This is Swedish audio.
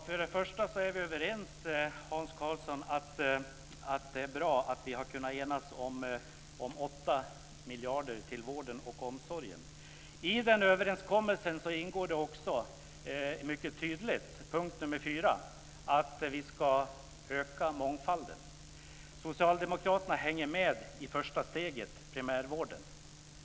Fru talman! Vi är överens, Hans Karlsson, om att det är bra att vi har kunnat enas om 8 miljarder till vården och omsorgen. I den överenskommelsen ingår det mycket tydligt som punkt 4 att vi ska öka mångfalden. Socialdemokraterna hänger med i första steget, primärvården.